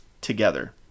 together